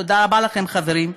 תודה רבה לכם, חברים.